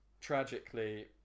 tragically